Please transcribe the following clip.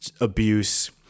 abuse